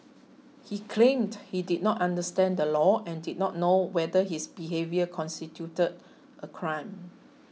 he claimed he did not understand the law and did not know whether his behaviour constituted a crime